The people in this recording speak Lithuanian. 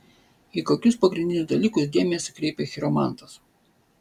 į kokius pagrindinius dalykus dėmesį kreipia chiromantas